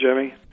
Jimmy